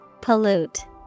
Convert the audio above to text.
Pollute